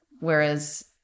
Whereas